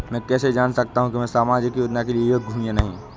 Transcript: मैं कैसे जान सकता हूँ कि मैं सामाजिक योजना के लिए योग्य हूँ या नहीं?